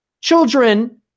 Children